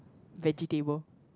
vegetable